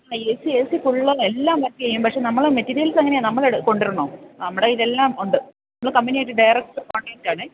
A C A C full എല്ലാം work ചെയ്യും നമ്മൾ മെറ്റീരിയൽസ് എങ്ങനെയാണ് നമ്മൾ കൊണ്ടു വരണോ നമ്മുടെ കൈയ്യിൽ എല്ലാം ഉണ്ട് നമ്മൾ കമ്പനിയായിട്ട് ഡയറക്റ്റ് കോൺടാക്റ്റ് ആണ്